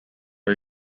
are